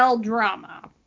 drama